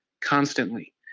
constantly